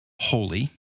holy